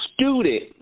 student